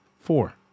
Four